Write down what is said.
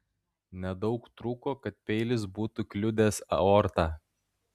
nedaug trūko kad peilis būtų kliudęs aortą